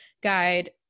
guide